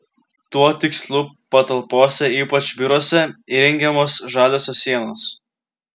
tuo tikslu patalpose ypač biuruose įrengiamos žaliosios sienos